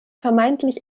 vermeintlich